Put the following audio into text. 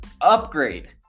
upgrade